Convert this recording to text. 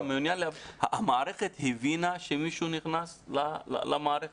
המערכת הבינה שמישהו נכנס למערכת?